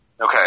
Okay